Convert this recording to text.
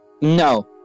No